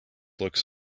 looks